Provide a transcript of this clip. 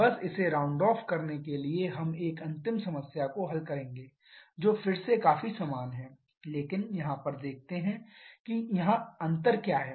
बस इसे round off करने के लिए हम एक अंतिम समस्या को हल करेंगे जो फिर से काफी समान है लेकिन यहाँ पर हम देखेते हैं कि यहाँ क्या अंतर है